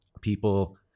people